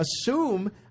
assume